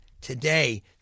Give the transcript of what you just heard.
today